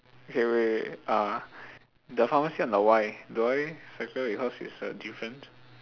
okay wait wait uh the pharmacy on the y the y circle because it is a different